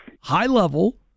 High-level